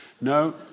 No